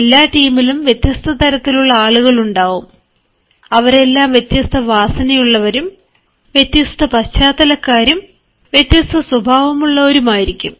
എല്ലാ ടീമിലും വ്യത്യസ്ത തരത്തിലുള്ള ആളുകളുണ്ടാവും അവരെല്ലാം വ്യത്യസ്ത വാസനയുള്ളവരും വ്യത്യസ്ത പശ്ചാത്തലക്കാരും വ്യത്യസ്ത സ്വഭാവമുള്ളവരായിരിക്കും